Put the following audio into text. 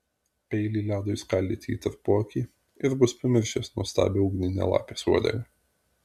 peilį ledui skaldyti į tarpuakį ir bus pamiršęs nuostabią ugninę lapės uodegą